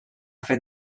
fet